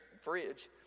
fridge